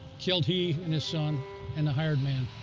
killed he and his son and the hired man.